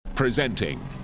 Presenting